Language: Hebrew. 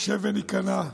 וניכנע,